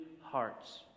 hearts